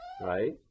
right